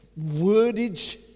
wordage